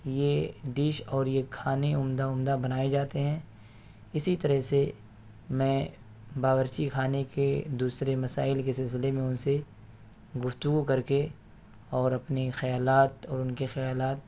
یہ ڈش اور یہ کھانے عمدہ عمدہ بنائے جاتے ہیں اسی طرح سے میں باورچی خانے کے دوسرے مسائل کے سلسلے میں ان سے گفتگو کر کے اور اپنے خیالات اور ان کے خیالات